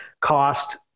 cost